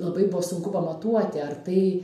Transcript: labai buvo sunku pamatuoti ar tai